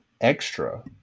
extra